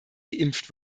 geimpft